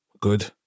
Good